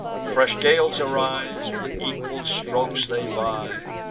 fresh gales arise with equal strokes they vie,